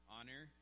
Honor